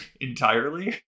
entirely